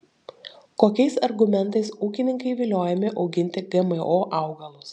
kokiais argumentais ūkininkai viliojami auginti gmo augalus